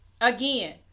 again